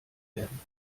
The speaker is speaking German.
werden